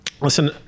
listen